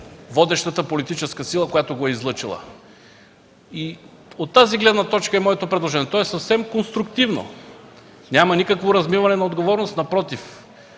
водещата политическа сила, която го е излъчила. От тази гледна точка е моето предложение – то е съвсем конструктивно, няма никакво размиване на отговорност. Напротив,